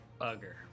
Bugger